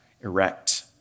erect